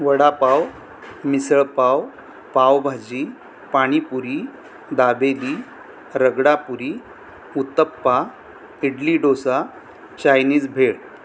vada pav misal pav pav bhaji panipuri dabeli ragda puri uttappa idli dosa Chinese भेळ